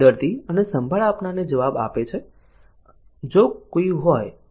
તે દર્દી અને સંભાળ આપનારને જવાબ આપે છે જો કોઈ હોય તો